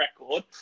record